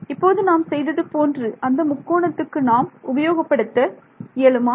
இப்பொது நாம் செய்தது போன்று அந்த முக்கோணத்துக்கு நாம் உபயோகப்படுத்த இயலுமா